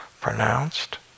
pronounced